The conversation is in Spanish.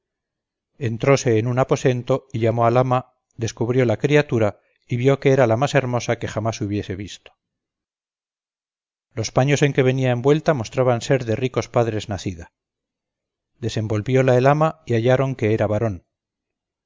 entróse en un aposento y llamó al ama descubrió la criatura y vió que era la mas hermosa que jamas hubiese visto los paños en que venia envuelta mostraban ser de ricos padres nacida desenvolvióla el ama y halláron que era varón